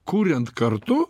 kuriant kartu